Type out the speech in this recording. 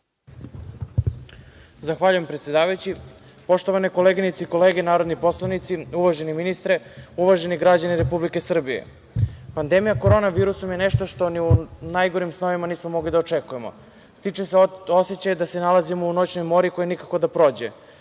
Zahvaljujem predsedavajući. Poštovane koleginice i kolege narodni poslanici, uvaženi ministre, uvaženi građani Republike Srbije. Pandemija korona virusom je nešto što ni u najgorim snovima nismo mogli da očekujemo. Stiče se osećaj da se nalazimo u noćnoj mori koja nikako da prođe.